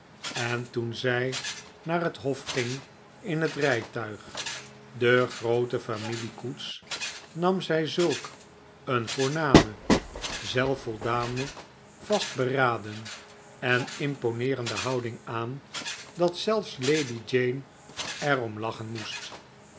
en toen zij naar het hof ging in het rijtuig de groote familie koets nam zij zulk een voorname zelfvoldane vastberaden en imponeerende houding aan dat zelfs lady jane er om lachen moest